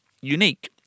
unique